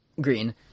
Green